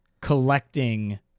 collecting